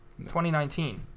2019